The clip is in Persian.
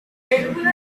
کیلوشه